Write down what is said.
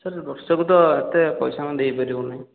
sir ବର୍ଷକୁ ତ ଏତେ ପଇସା ଆମେ ଦେଇପାରିବୁନି